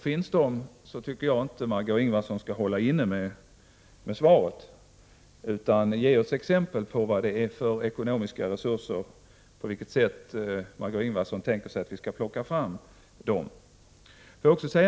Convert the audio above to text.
Finns de, så tycker jag att Margö Ingvardsson inte skall hålla inne med dem utan ge oss exempel på vad det är för ekonomiska resurser och på vilket sätt Margé Ingvardsson tänker sig att vi skall plocka fram dem.